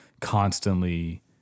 constantly